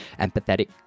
empathetic